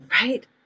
right